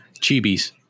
Chibis